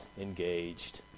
engaged